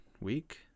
week